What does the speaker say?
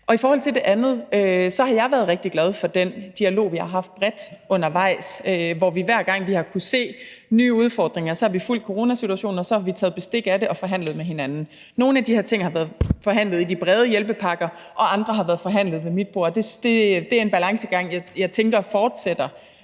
I forhold til det andet: Jeg har været rigtig glad for den dialog, vi undervejs har haft bredt, hvor vi, hver gang vi har kunnet se nye udfordringer, har fulgt coronasituationen, taget bestik af den og forhandlet med hinanden. Nogle af de her ting har været forhandlet i de brede hjælpepakker, og andre har været forhandlet ved mit bord. Det er en balancegang, som jeg tænker fortsætter.